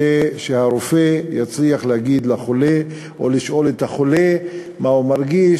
כדי שהרופא יצליח להגיד לחולה או לשאול את החולה מה הוא מרגיש,